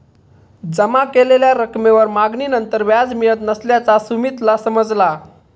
जमा केलेल्या रकमेवर मागणीनंतर व्याज मिळत नसल्याचा सुमीतला समजला